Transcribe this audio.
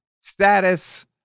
Status